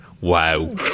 Wow